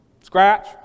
scratch